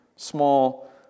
small